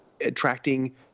attracting